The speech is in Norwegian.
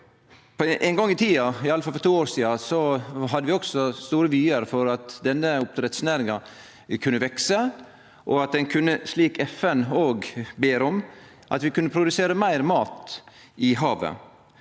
Ein gong i tida, i alle fall for to år sidan, hadde vi også store vyar for at denne oppdrettsnæringa kunne vekse, og at ein – slik FN òg ber om – kunne produsere meir mat i havet.